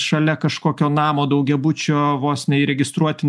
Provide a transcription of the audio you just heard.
šalia kažkokio namo daugiabučio vos neįregistruoti